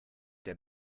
der